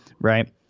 Right